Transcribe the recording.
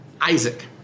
Isaac